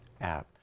app